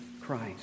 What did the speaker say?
Christ